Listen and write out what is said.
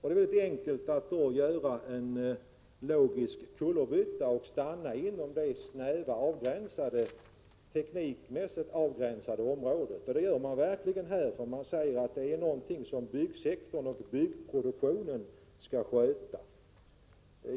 Det är då mycket enkelt att göra en logisk kullerbytta och stanna inom det snäva teknikmässigt avgränsade området. Det gör man verkligen här. Man säger nämligen att den teknikorienterade forskningen är något som byggsektorn och byggproduktionen skall sköta.